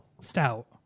stout